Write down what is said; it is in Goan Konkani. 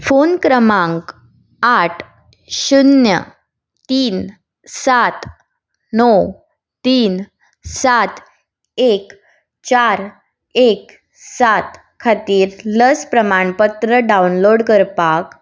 फोन क्रमांक आठ शुन्य तीन सात णव तीन सात एक चार एक सात खातीर लस प्रमाणपत्र डावनलोड करपाक